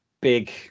Big